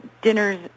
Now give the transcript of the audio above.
dinners